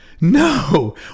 No